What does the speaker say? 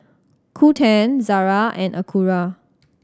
Qoo ten Zara and Acura